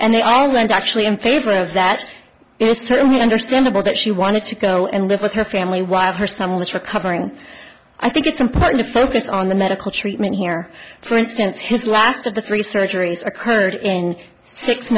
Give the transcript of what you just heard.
and they are aligned actually in favor of that it is certainly understandable that she wanted to go and live with her family while her somewhat recovering i think it's important to focus on the medical treatment here for instance his last of the three surgeries occurred in six